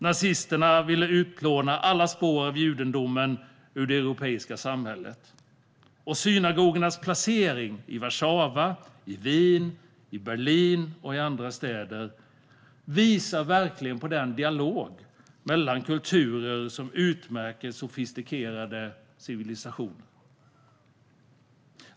Nazisterna ville utplåna alla spår av judendomen ur det europeiska samhället. Synagogornas placering i Warszawa, Wien, Berlin och andra städer visade på den dialog mellan kulturer som utmärker sofistikerade civilisationer.